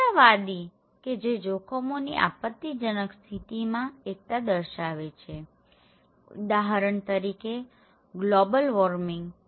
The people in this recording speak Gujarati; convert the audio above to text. સમાનતાવાદી કે જે જોખમોની આપતિજનક સ્થિતિમાં એકતા દર્શાવે છેઉદાહરણ તરીકે ગ્લોબલ વોર્મિંગ